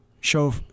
show